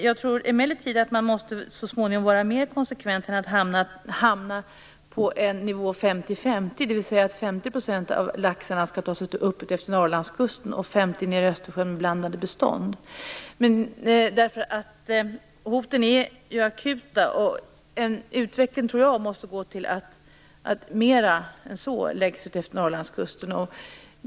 Jag tror emellertid att man så småningom måste vara mer konsekvent, så att man inte hamnar på nivån 50/50, dvs. att 50 % av laxen skall tas upp efter Norrlandskusten och 50 % nere i Östersjön med blandade bestånd. Hoten är ju akuta. Jag tror att utvecklingen måste gå mot att mer fiske än så läggs utefter Norrlandskusten.